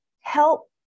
help